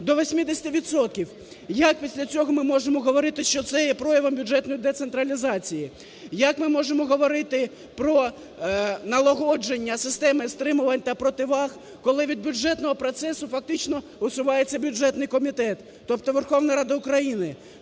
Як після цього ми можемо говорити, що це є проявом бюджетної децентралізації? Як ми можемо говорити про налагодження системи стримувань та противаг, коли від бюджетного процесу фактично усувається бюджетний комітет, тобто Верховна Рада України,